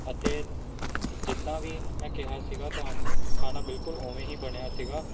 ਅਤੇ ਜਿੱਦਾਂ ਵੀ ਮੈਂ ਕਿਹਾ ਸੀਗਾ ਤੁਹਾਨੂੰ ਖਾਣਾ ਬਿਲਕੁਲ ਉਵੇਂ ਹੀ ਬਣਿਆ ਸੀਗਾ